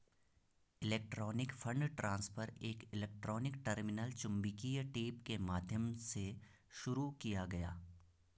electronic fund transfer एक electronic terminal चुंबकीय tape के माध्यम से शुरू किया गया